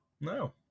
No